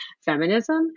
feminism